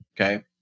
okay